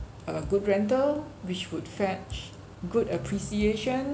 uh good rental which would fetch good appreciation